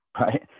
right